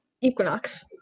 Equinox